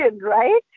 right